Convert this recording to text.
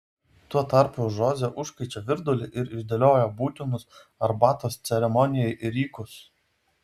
tuo tarpu žoze užkaičia virdulį ir išdėlioja būtinus arbatos ceremonijai rykus